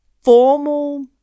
formal